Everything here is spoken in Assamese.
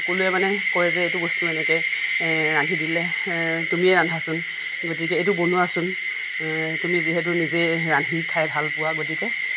সকলোৱে মানে কয় যে এইটো বস্তু এনেকৈ ৰান্ধি দিলে তুমিয়ে ৰান্ধাচোন গতিকে এইটো বনোৱাচোন তুমি যিহেতু নিজেই ৰান্ধি খাই ভালপোৱা গতিকে